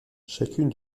chacune